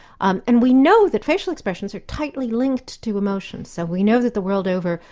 um and we know that facial expressions are tightly linked to emotions, so we know that the world over,